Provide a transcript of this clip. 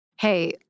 hey